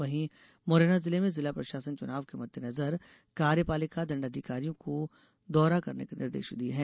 वहीं मुरैना जिले में जिला प्रशासन चुनाव के मद्देनजर कार्यपालिक दंडाधिकारियों को दौरा करने के निर्देश दिए हैं